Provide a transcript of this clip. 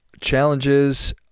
challenges